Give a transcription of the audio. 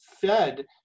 fed